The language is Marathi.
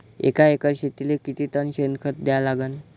एका एकर शेतीले किती टन शेन खत द्या लागन?